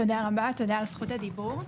תודה רבה, תודה על זכות הדיבור.